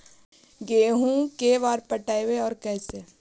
गेहूं के बार पटैबए और कैसे?